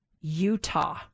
Utah